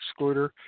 excluder